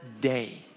day